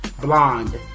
Blonde